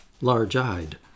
Large-eyed